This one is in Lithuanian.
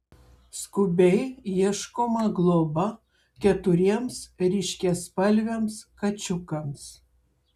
skubiai ieškoma globa keturiems ryškiaspalviams kačiukams